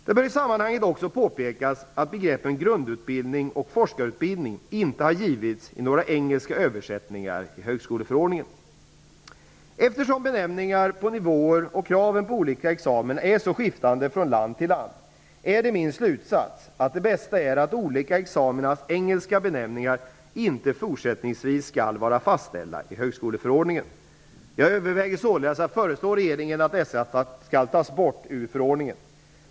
Det bör i sammanhanget också påpekas att begreppen grundutbildning och forskarutbildning inte har givits i några engelska översättningar i högskoleförordningen. Eftersom benämningar på nivåer och kraven på olika examina är så skiftande från land till land, är det min slutsats att det bästa är att olika examinas engelska benämningar inte fortsättningsvis skall vara fastställda i högskoleförordningen. Jag överväger således att föreslå regeringen att dessa skall tas bort ur förordningen.